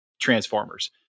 Transformers